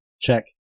check